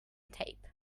tape